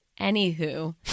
Anywho